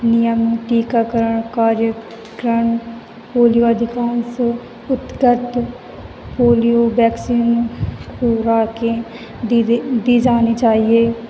नियम टीकाकरण कार्यक्रम पोलियो अधिकांश पोलियो वैक्सीन पूरा केंद्र दी जानी चाहिए